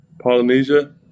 Polynesia